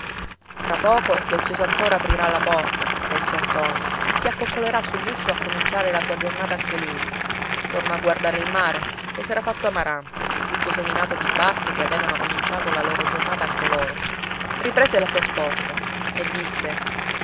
fra poco lo zio santoro aprirà la porta pensò ntoni e si accoccolerà sull'uscio a cominciare la sua giornata anche lui tornò a guardare il mare che s'era fatto amaranto tutto seminato di barche che avevano cominciato la loro giornata anche loro riprese la sua sporta e disse